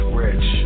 rich